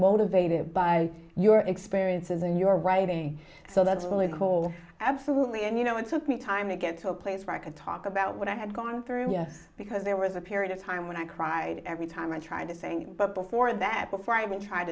motivated by your experiences in your writing so that's really the whole absolutely and you know it took me time to get to a place where i could talk about what i had gone through because there was a period of time when i cried every time i try to think but before that before i even tr